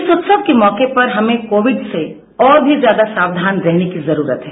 इस उत्सव के मौके पर हमें कोविड से और भी ज्यादा सावधान रहने की जरूरत है